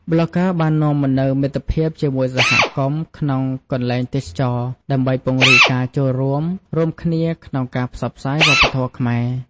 ប្លុកហ្គើបាននាំមកនូវមិត្តភាពជាមួយសហគមន៍ក្នុងកន្លែងទេសចរណ៍ ដើម្បីពង្រីកការចូលរួម រួមគ្នាក្នុងការផ្សព្វផ្សាយវប្បធម៌ខ្មែរ។